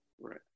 Right